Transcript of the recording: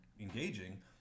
engaging